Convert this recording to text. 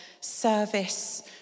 service